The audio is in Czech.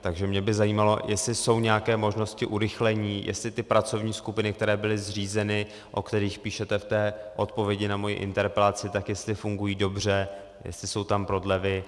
Takže mě by zajímalo, jestli jsou nějaké možnosti urychlení, jestli ty pracovní skupiny, které byly zřízeny, o kterých píšete v té odpovědi na moji interpelaci, fungují dobře, jestli jsou tam prodlevy.